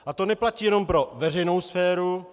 A to neplatí jenom pro veřejnou sféru.